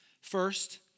First